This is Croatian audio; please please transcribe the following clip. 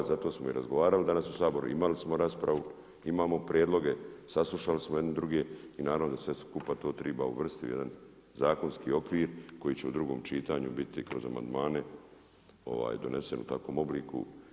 Zato smo i razgovarali danas u Saboru, imali smo raspravu, imamo prijedloge, saslušali smo jedni druge i naravno da sve skupa to treba uvrstiti u jedan zakonski okvir koji će u drugom čitanju biti kroz amandmane donesen u takvom obliku.